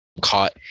caught